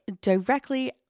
directly